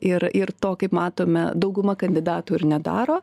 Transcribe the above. ir ir to kaip matome dauguma kandidatų ir nedaro